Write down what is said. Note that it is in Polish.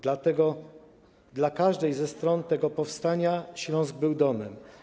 Dlatego dla każdej ze stron tego powstania Śląsk był domem.